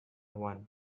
one